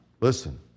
Listen